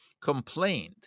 complained